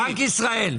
בנק ישראל,